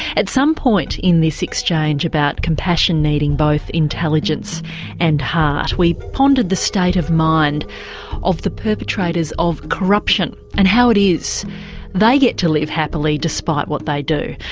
at some point in this exchange about compassion needing both intelligence and heart we pondered the state of mind of the perpetrators of corruption, and how it is they get to live happily despite what they do.